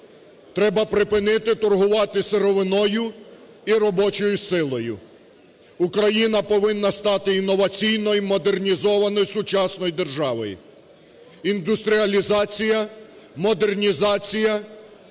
Треба припинити торгувати сировиною і робочою силою. Україна повинна стати інноваційною, модернізованою, сучасною державою. Індустріалізація, модернізація,